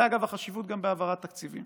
זה, אגב, החשיבות גם של העברת תקציבים: